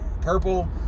purple